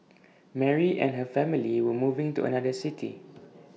Mary and her family were moving to another city